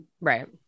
Right